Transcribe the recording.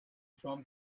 drum